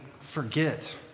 forget